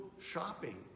shopping